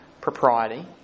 propriety